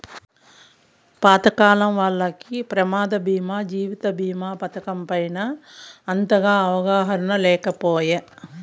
పాతకాలం వాల్లకి ప్రమాద బీమా జీవిత బీమా పతకం పైన అంతగా అవగాహన లేకపాయె